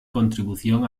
contribución